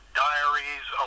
diaries